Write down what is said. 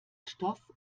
stoff